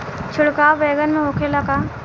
छिड़काव बैगन में होखे ला का?